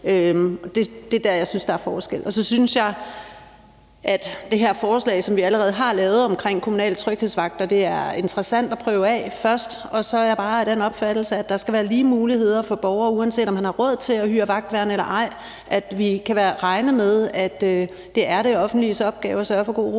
det er der, jeg synes der er forskel. Så synes jeg, at det her forslag, som vi allerede har lavet omkring kommunale tryghedsvagter, er interessant at prøve af først. Og så er jeg bare af den opfattelse, at der skal være lige muligheder for borgere, uanset om de har råd til at hyre vagtværn eller ej, og at vi kan regne med, at det er det offentliges opgave at sørge for god ro